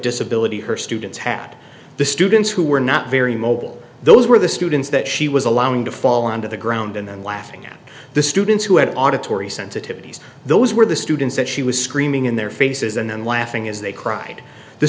disability her students had the students who were not very mobile those were the students that she was allowing to fall onto the ground and then laughing at the students who had auditory sensitivities those were the students that she was screaming in their faces and then laughing as they cried the